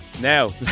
Now